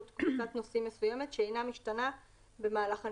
קבוצת נוסעים מסוימת שאינה משתנה במהלך הנסיעה,